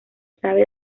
sabe